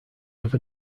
have